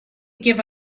give